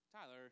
Tyler